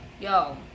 yo